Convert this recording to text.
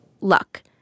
Luck